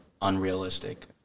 unrealistic